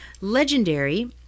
Legendary